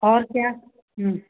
और क्या हाँ